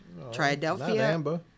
Triadelphia